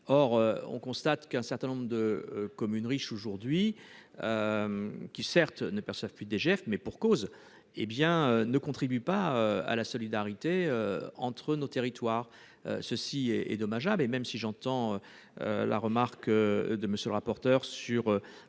on constate qu'un certain nombre de communes riches, qui, certes, ne perçoivent plus DGF, et pour cause, ne contribuent pas à la solidarité entre nos territoires. Cette situation est dommageable. Même si j'entends la remarque de M. le rapporteur spécial